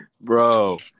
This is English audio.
Bro